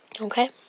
Okay